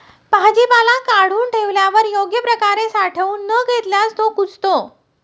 भाजीपाला काढून ठेवल्यावर योग्य प्रकारे साठवून न घेतल्यास तो कुजतो